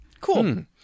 Cool